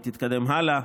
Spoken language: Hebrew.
בסדר-היום.